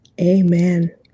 Amen